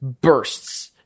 bursts